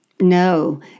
No